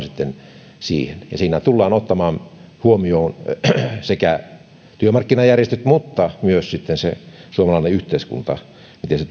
sitten korjaamaan sitä ja siinä tullaan ottamaan huomioon sekä työmarkkinajärjestöt että myös sitten se suomalainen yhteiskunta miten se